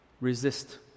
resist